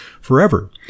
forever